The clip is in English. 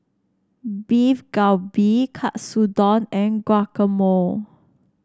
Beef Galbi Katsudon and Guacamole